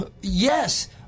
yes